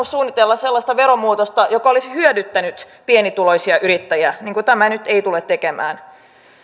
suunnitella sellaista veromuutosta joka olisi hyödyttänyt pienituloisia yrittäjiä niin kuin tämä nyt ei tule tekemään